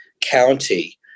county